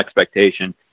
expectation